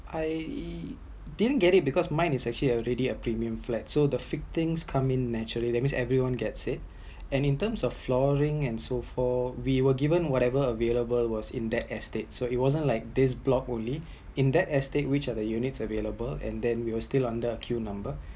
I didn’t get it because mine is actually already a premium flat so the fittings come in naturally that means everyone get it and in terms of flooring and so for we were given whatever available was in that estate so it wasn’t like this block only in that estate which are the unit available and then we are still under a queue number